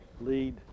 lead